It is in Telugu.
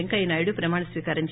పెంకయ్యనాయుడు ప్రమాణస్వీకారం ది